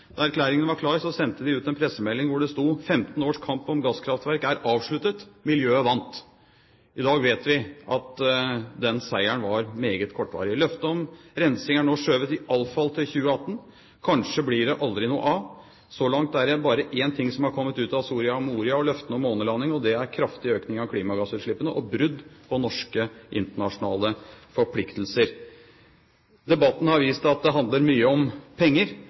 Da erklæringen var klar, sendte de ut en pressemelding, hvor det sto: «15 års kamp om gasskraftverk er avsluttet. Miljøet vant!» I dag vet vi at den seieren var meget kortvarig. Løftet om rensing er nå skjøvet iallfall til 2018; kanskje blir det aldri noe av. Så langt er det bare én ting som er kommet ut av Soria Moria og løftene om månelanding, og det er kraftig økning av klimagassutslippene og brudd på norske internasjonale forpliktelser. Debatten har vist at det handler mye om penger,